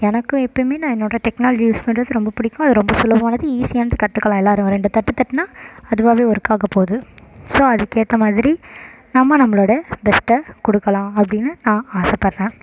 எனக்கு எப்போயுமே நான் என்னோடய டெக்னாலஜி யூஸ் பண்ணுறது ரொம்ப பிடிக்கும் அது ரொம்ப சுலபமானது ஈஸியானது கற்றுக்கலாம் எல்லோரும் ரெண்டு தட்டுத் தட்டுனால் அதுவாகவே ஒர்க் ஆகப்போகுது ஸோ அதுக்கேற்ற மாதிரி நம்ம நம்மளோடய பெஸ்ட்டை கொடுக்கலாம் அப்படின்னு நான் ஆசைப்பட்றேன்